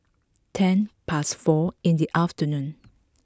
ten past four in the afternoon